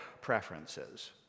preferences